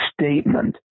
statement